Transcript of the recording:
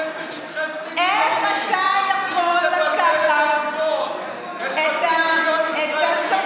איך אתה יכול ככה, איפה יש בשטחי C מיליונים?